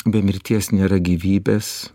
be mirties nėra gyvybės